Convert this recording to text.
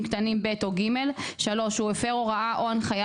קטנים (ב) או (ג); (3)הוא הפר הוראה או הנחיה